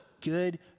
good